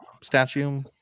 statue